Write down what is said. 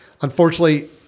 unfortunately